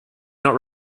not